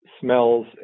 smells